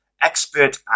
expert